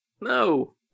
No